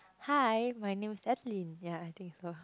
hi my name is Adeline ya I think it's her